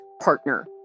partner